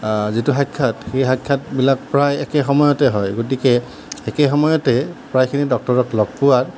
যিটো সাক্ষাৎ সেই সাক্ষাৎবিলাক প্ৰায় একে সময়তে হয় গতিকে একে সময়তে প্ৰায়খিনি ডক্টৰক লগ পোৱাৰ